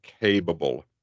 capable